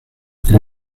fydd